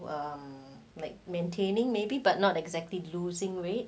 um I'm like maintaining maybe but not exactly losing weight